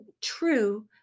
true